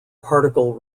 particle